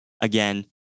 Again